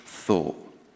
thought